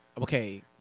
okay